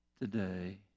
today